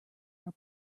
our